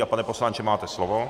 A pane poslanče, máte slovo.